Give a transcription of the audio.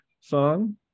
song